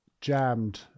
jammed